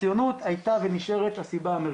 הציונות הייתה ונשארת הסיבה המרכזית.